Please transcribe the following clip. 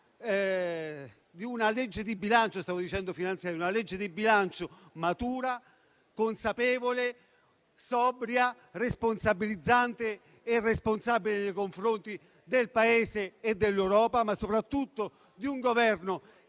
di una legge di bilancio matura, consapevole, sobria, responsabilizzante e responsabile nei confronti del Paese e dell'Europa, ma soprattutto di un Governo